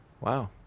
Wow